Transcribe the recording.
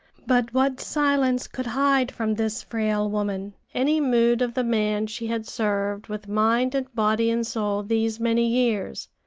but what silence could hide from this frail woman any mood of the man she had served with mind and body and soul these many years?